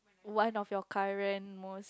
one of your current most